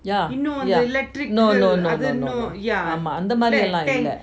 yeah yeah no no no no no ஆமா அந்த மார்லன் இல்ல:ama antha maarilam illa